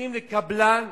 נותנים לקבלן